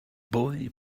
boy